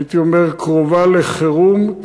והייתי אומר קרובה לחירום,